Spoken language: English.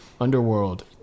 Underworld